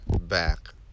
back